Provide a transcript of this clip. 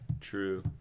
True